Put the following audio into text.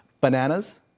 bananas